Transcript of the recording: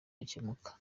bikemuka